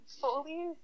fully